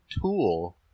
tool